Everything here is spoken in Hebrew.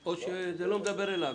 או שזה לא מדבר אליו.